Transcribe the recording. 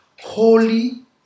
Holy